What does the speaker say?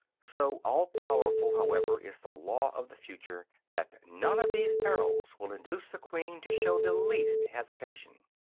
so all-powerful, however, is the law of the future, that none of these perils will induce the queen to show the least hesitation.